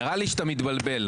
נראה לי שאתה מתבלבל,